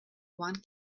one